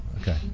Okay